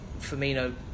Firmino